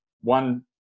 one